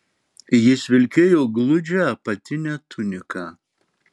jis vilkėjo gludžią apatinę tuniką